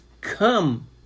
come